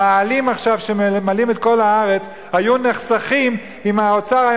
המאהלים שעכשיו ממלאים את כל הארץ היו נחסכים אם האוצר היה